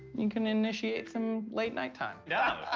you can initiate some late night time. yeah